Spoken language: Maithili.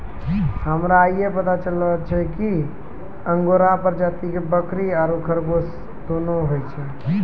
हमरा आइये पता चललो कि अंगोरा प्रजाति के बकरी आरो खरगोश दोनों होय छै